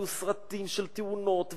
הביאו סרטים של תאונות,